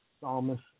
Psalmist